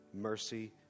mercy